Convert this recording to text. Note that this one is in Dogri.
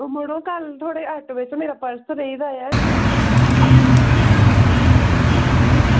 ओह् मड़ो कल थुआढ़े आटो बिच्च मेरा पर्स रेही गेदा ऐ